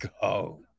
go